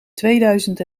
tweeduizend